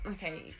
Okay